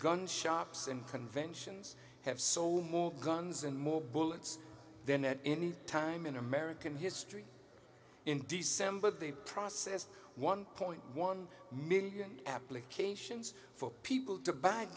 gun shops and conventions have sold more guns and more bullets then at any time in american history in december they processed one point one million applications for people to b